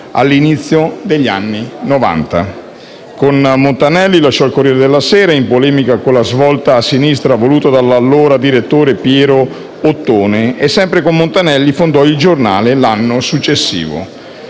all'inizio degli anni Novanta. Come Montanelli, lasciò il «Corriere della Sera», in polemica con la svolta a sinistra voluta dall'allora direttore Piero Ottone. E sempre con Montanelli fondò «Il Giornale» l'anno successivo.